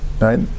right